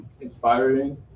inspiring